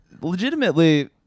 legitimately